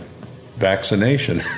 vaccination